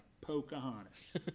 Pocahontas